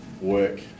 work